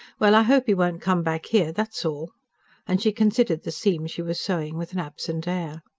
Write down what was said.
well, i hope he won't come back here, that's all and she considered the seam she was sewing, with an absent air.